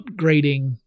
upgrading